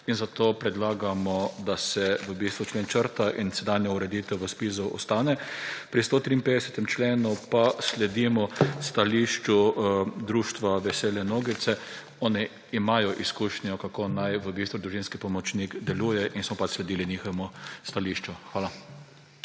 In zato predlagamo, da se v bistvu člen črta in sedanja ureditev v ZPIZ ostane. Pri 153. členu pa sledimo stališču društva Vesele nogice, oni imajo izkušnjo, kako naj v bistvu družinski pomočnik deluje. In smo pač sledili njihovemu stališču. Hvala.